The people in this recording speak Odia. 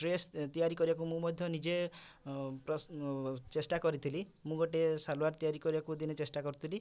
ଡ୍ରେସ୍ ତିଆରି କରିବାକୁ ମୁଁ ମଧ୍ୟ ନିଜେ ଚେଷ୍ଟା କରିଥିଲି ମୁଁ ଗୋଟେ ସାଲୁଆର୍ ତିଆରି କରିବାକୁ ଦିନେ ଚେଷ୍ଟା କରିଥିଲି